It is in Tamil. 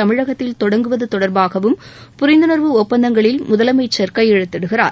தமிழகத்தில் தொடங்குவது தொடர்பாகவும் புரிந்துணர்வு ஒப்பந்தங்களில் ஒன்றை முதலமைச்சா் கையெழுத்திடுகிறார்